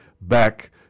back